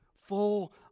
full